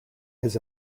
his